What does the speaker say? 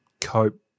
cope